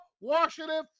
Washington